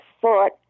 thought